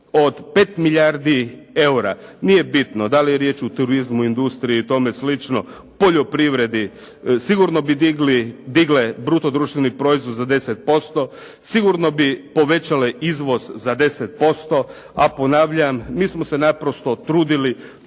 od 5 milijardi eura, nije bitno da li je riječ o turizmu, industriji i tome slično, poljoprivredi, sigurno bi digle bruto društveni proizvod za 10%, sigurno bi povećale izvoz za 10%, a ponavljam mi smo se naprosto trudili